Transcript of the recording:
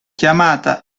chiamata